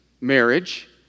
marriage